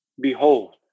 behold